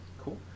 Cool